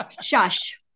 shush